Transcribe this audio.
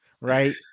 right